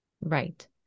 Right